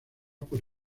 por